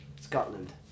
Scotland